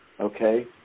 Okay